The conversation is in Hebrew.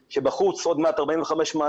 כשבחוץ עוד מעט 45 מעלות,